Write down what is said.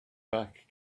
back